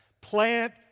plant